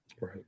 Right